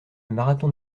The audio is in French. marathon